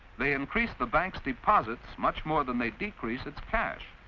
they increase the bank's deposits, much more than they decrease its cash.